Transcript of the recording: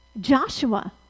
Joshua